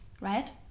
right